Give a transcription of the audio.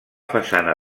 façana